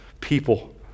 people